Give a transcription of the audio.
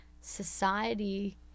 society